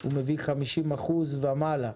הוא מביא 50% ומעלה,